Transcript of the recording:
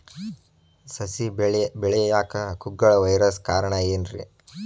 ಸಸಿ ಬೆಳೆಯಾಕ ಕುಗ್ಗಳ ವೈರಸ್ ಕಾರಣ ಏನ್ರಿ?